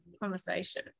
conversation